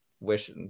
wish